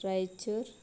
Raichur